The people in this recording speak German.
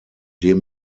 dem